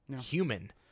human